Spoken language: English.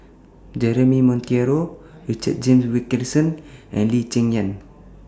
Jeremy Monteiro Richard James Wilkinson and Lee Cheng Yan